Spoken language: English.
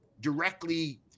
directly